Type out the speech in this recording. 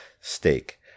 Steak